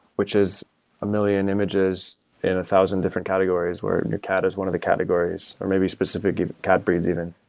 which is a million images in a thousand different categories where your cat is one of the categories, or maybe specific cat breeds even.